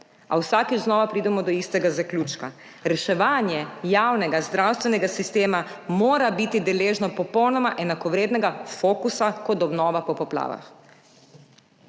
A vsakič znova pridemo do istega zaključka – reševanje javnega zdravstvenega sistema mora biti deležno popolnoma enakovrednega fokusa kot obnova po poplavah.